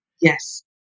Yes